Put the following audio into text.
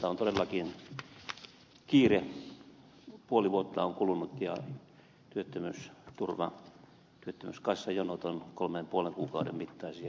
on todellakin kiire puoli vuotta on kulunut ja työttömyyskassajonot ovat kolmen ja puolen kuukauden mittaisia